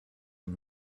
and